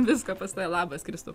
visko pas tave labas kristu